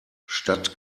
statt